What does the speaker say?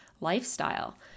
lifestyle